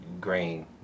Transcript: grain